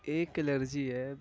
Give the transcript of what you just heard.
ایک الرجی ہے